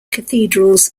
cathedrals